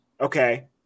Okay